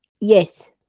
Yes